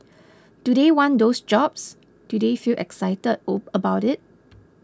do they want those jobs do they feel excited about it